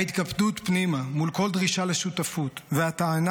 ההתקפדות פנימה מול כל דרישה לשותפות והטענה